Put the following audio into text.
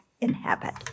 inhabit